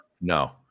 No